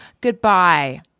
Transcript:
goodbye